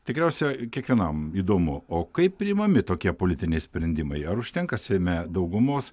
tikriausia kiekvienam įdomu o kaip priimami tokie politiniai sprendimai ar užtenka seime daugumos